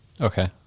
Okay